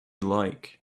like